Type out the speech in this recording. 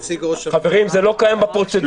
זה לא קיים בפרוצדורה,